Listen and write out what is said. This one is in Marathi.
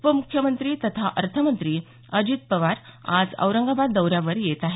उपम्ख्यमंत्री तथा अर्थमंत्री अजित पवार आज औरंगाबाद दौऱ्यावर येत आहेत